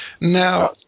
Now